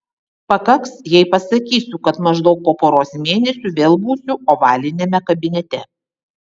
pakaks jei pasakysiu kad maždaug po poros mėnesių vėl būsiu ovaliniame kabinete